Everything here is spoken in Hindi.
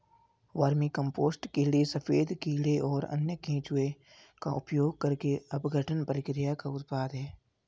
वर्मीकम्पोस्ट कीड़े सफेद कीड़े और अन्य केंचुए का उपयोग करके अपघटन प्रक्रिया का उत्पाद है